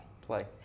Play